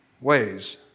ways